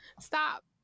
stop